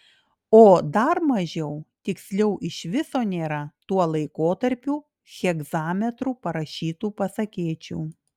o dar mažiau tiksliau iš viso nėra tuo laikotarpiu hegzametru parašytų pasakėčių